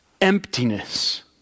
emptiness